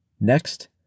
Next